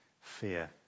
fear